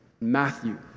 Matthew